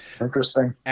Interesting